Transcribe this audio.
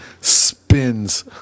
spins